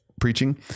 preaching